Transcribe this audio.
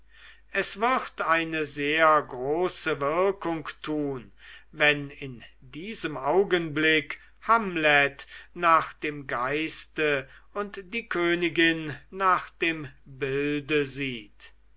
es wird eine sehr große wirkung tun wenn in diesem augenblick hamlet nach dem geiste und die königin nach dem bilde sieht